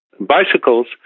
bicycles